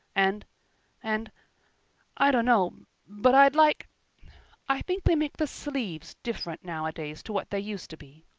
and and i dunno but i'd like i think they make the sleeves different nowadays to what they used to be.